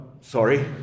Sorry